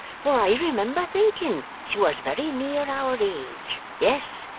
for i remember thinking she was very near our age. yes,